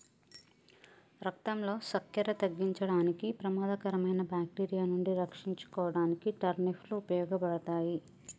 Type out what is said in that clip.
రక్తంలో సక్కెర తగ్గించడానికి, ప్రమాదకరమైన బాక్టీరియా నుండి రక్షించుకోడానికి టర్నిప్ లు ఉపయోగపడతాయి